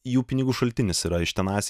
jų pinigų šaltinis yra iš tenais